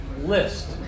list